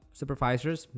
supervisors